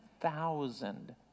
thousand